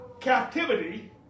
captivity